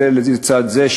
זה לצד זה,